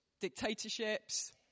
dictatorships